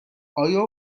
آیا